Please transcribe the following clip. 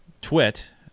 TWIT